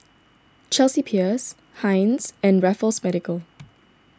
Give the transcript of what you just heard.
Chelsea Peers Heinz and Raffles Medical